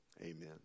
Amen